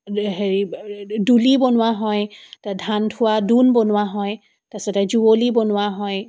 হেৰি ডুলি বনোৱা হয় ধান থোৱা ডোণ বনোৱা হয় তাৰপিছতে যুঁৱলি বনোৱা হয়